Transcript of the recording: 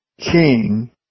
king